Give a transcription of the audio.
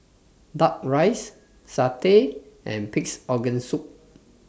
Duck Rice Satay and Pig'S Organ Soup